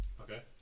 Okay